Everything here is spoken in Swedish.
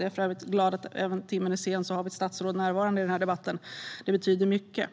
Jag är för övrigt glad att vi har ett statsråd närvarande vid denna debatt fast timmen är sen - det betyder mycket.